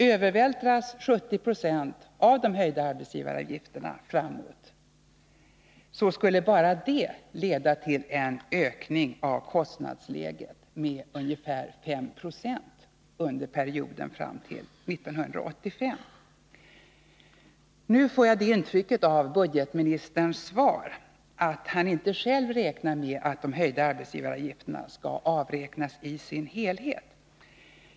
Övervältras 70 26 av de ökade arbetsgivaravgifterna framåt skulle enbart det leda till en höjning av kostnadsläget med ca 5 96 under perioden fram till 1985. Av budgetministerns svar får jag nu det intrycket att budgetministern inte själv räknar med att de höjda arbetsgivaravgifterna skall avräknas i sin helhet.